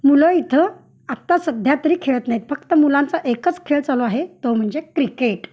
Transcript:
मुलं इथं आत्ता सध्या तरी खेळत नाहीत फक्त मुलांचा एकच खेळ चालू आहे तो म्हणजे क्रिकेट